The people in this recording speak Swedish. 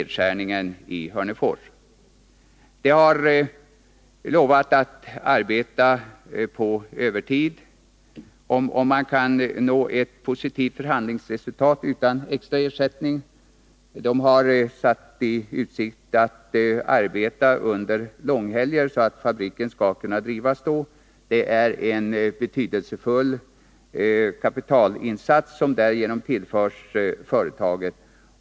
De anställda har lovat att arbeta på övertid utan extra ersättning, om man bara kan nå ett positivt förhandlingsresultat. De har ställt i utsikt att de skall arbeta under långhelger, så att verksamheten kan bedrivas även då. Det är en betydelsefull kapitalinsats som därigenom tillförs företaget.